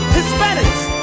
Hispanics